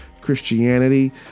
Christianity